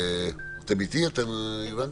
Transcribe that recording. אתם איתי, הבנתם?